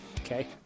Okay